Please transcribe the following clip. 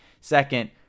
Second